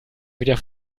wieder